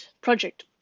project